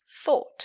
thought